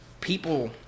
people